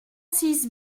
six